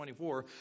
24